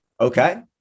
okay